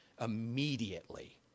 immediately